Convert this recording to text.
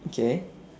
okay